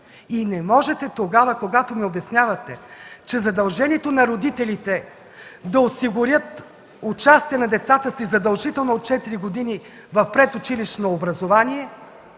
И не можете тогава, когато ми обяснявате, че задължението на родителите да осигурят участие на децата си, задължително от четири години, в предучилищно образование,